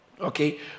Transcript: Okay